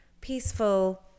peaceful